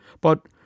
But